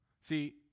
see